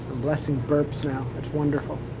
i'm blessing burps now, that's wonderful.